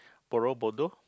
Borobudur